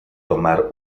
tomar